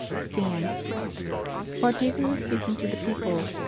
stand while jesus was speaking to the people,